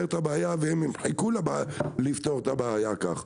את הבעיה ואם הם חיכו לפתור את הבעיה כך.